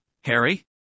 Harry